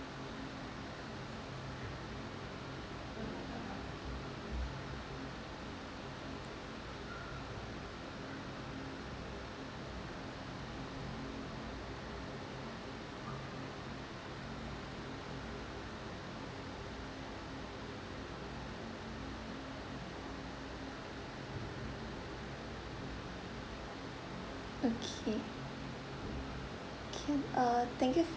okay can uh thank you for